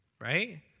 right